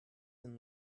and